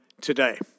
today